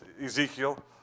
Ezekiel